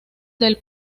del